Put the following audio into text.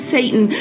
Satan